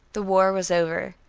the war was over.